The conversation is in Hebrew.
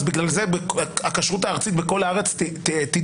בגלל זה הכשרות הארצית בכל הארץ תידפק?